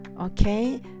okay